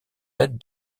l’aide